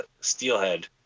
steelhead